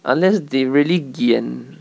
unless they really gian